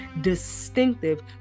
distinctive